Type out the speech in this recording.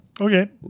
Okay